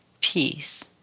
peace